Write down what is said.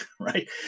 right